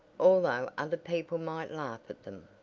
although other people might laugh at them.